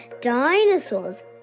dinosaurs